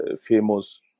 famous